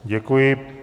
Děkuji.